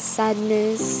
sadness